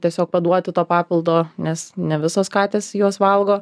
tiesiog paduoti to papildo nes ne visos katės juos valgo